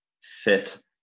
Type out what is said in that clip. fit